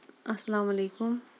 اَسلام علیکُم